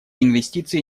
инвестиции